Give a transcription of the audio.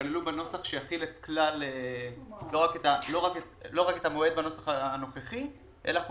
שייכללו בנוסח שיכיל לא רק את המועד בנוסח הנוכחי אלא חודשיים,